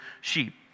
sheep